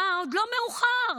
עוד לא מאוחר,